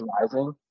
rising